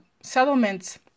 settlements